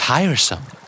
Tiresome